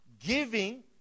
giving